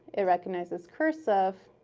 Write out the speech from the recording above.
it recognizes cursive,